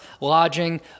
lodging